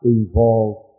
involved